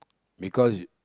because